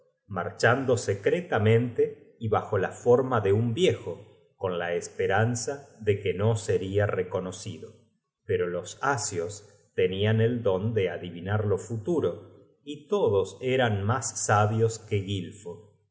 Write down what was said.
marchando secretamente y bajo la forma de un viejo con la esperanza de que no seria reconocido pero los asios tenian el don de adivinar lo futuro y todos eran mas sabios que gilfo